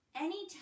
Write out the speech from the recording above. Anytime